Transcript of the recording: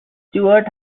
stuart